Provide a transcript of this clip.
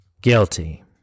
guilty